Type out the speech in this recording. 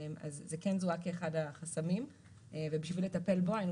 אז זה כן זוהה כאחד החסמים ובשביל לטפל בו היינו